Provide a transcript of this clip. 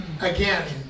again